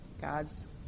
God's